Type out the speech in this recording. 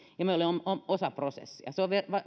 ja me olemme osa prosessia se on